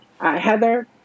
Heather